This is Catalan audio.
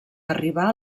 arribar